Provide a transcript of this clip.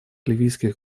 ливийских